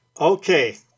Okay